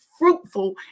fruitful